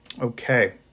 Okay